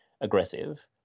aggressive